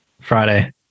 Friday